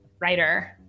writer